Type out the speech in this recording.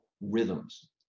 rhythms